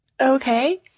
Okay